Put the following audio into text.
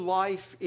life